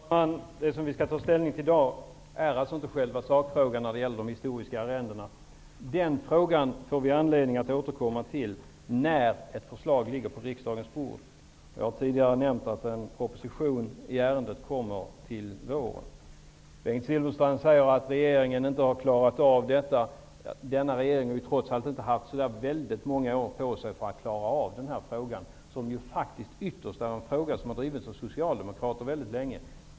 Herr talman! Vi skall i dag inte ta ställning till själva sakfrågan om de historiska arrendena. Den frågan får vi anledning att återkomma till när ett förslag ligger på riksdagens bord. Jag har tidigare nämnt att en proposition i ärendet skall läggas fram till våren. Bengt Silfverstrand säger att regeringen inte har klarat av frågan. Denna regering har ju trots allt inte haft så många år på sig att klara av frågan. Det är faktiskt ytterst en fråga som har drivits av Socialdemokraterna länge.